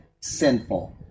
sinful